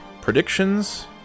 predictions